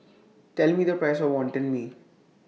Tell Me The Price of Wonton Mee